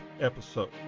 episode